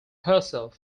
herself